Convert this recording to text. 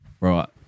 right